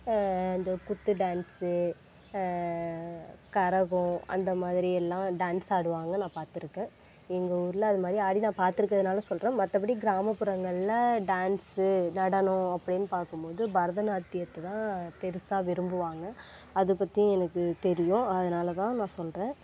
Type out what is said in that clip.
இந்த குத்து டேன்ஸு கரகம் அந்த மாதிரியெல்லாம் டேன்ஸ் ஆடுவாங்க நான் பார்த்துருக்கேன் எங்கள் ஊரில் அது மாதிரி ஆடி நான் பார்த்துருக்குறதுனால சொல்கிறேன் மற்றபடி கிராமப்புறங்களில் டேன்ஸு நடனம் அப்படின்னு பார்க்கும்போது பரதநாட்டியத்தைதான் பெருசாக விரும்புவாங்க அது பற்றியும் எனக்கு தெரியும் அதனால்தான் நான் சொல்கிறேன்